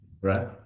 Right